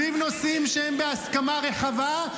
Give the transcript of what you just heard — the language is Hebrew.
-- סביב נושאים שהם בהסכמה רחבה,